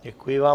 Děkuji vám.